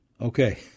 Okay